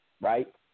right